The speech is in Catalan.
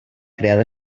creada